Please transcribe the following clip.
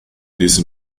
these